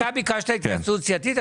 אתה ביקשת התייעצות סיעתית.